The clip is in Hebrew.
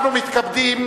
אנחנו מתכבדים